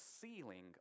ceiling